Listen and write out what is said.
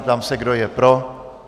Ptám se, kdo je pro.